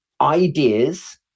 ideas